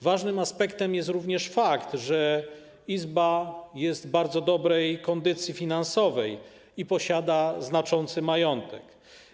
Ważnym aspektem jest również fakt, że izba jest w bardzo dobrej kondycji finansowej i posiada znaczący majątek.